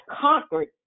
conquered